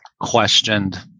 questioned